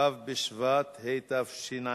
ו' בשבט התשע"ב,